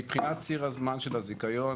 מבחינת ציר הזמן של הזיכיון,